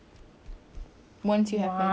awak kata soalan ni tak susah macam mana ni